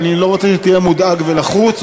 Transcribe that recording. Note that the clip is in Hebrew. אני לא רוצה שתהיה מודאג ולחוץ,